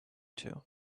too